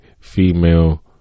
female